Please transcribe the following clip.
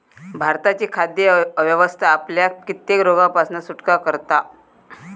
भारताची खाद्य व्यवस्था आपल्याक कित्येक रोगांपासना सुटका करता